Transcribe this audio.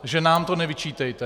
Takže nám to nevyčítejte.